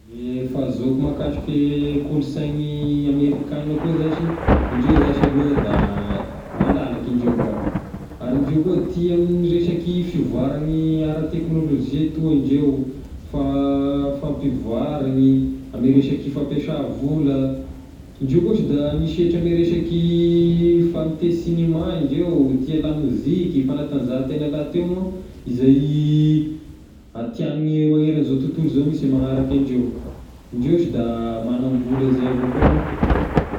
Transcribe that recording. Ny fahazoko mahakasiky kolonsain'ny amerikana koa zashy, indreo zashy aloha da malalaky indreo ka, ary indreo ko tia amin'ny resaky fivoaran'ny ara teknôlojia toa ndreo, fa- fampivoarany, ame resaky fampiasa vola, indreo koa ohatry da misehatra ame resaky fagnite cinema indreo, tia lamoziky, fanatanjahantena laha teo moa izay, a tian'ny manera izao tontolo izao misy manaraka indreo, indreo shy da manam-bola zay avao koa ma.